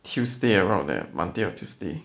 tuesday around there monday or tuesday